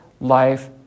life